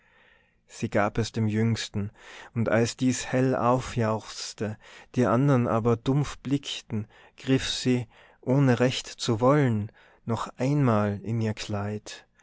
sie gab es dem jüngsten und als dies hell aufjauchzte die andern aber dumpf blickten griff sie ohne recht zu wollen noch einmal in ihr kleid